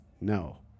No